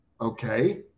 Okay